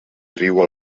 riu